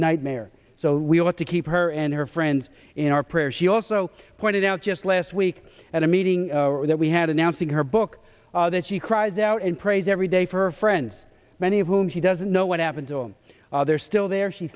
nightmare so we want to keep her and her friends in our prayers she also pointed out just last week at a meeting that we had announcing her book that she cries out and prays every day for friends many of whom she doesn't know what happened to him they're still there she